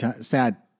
sad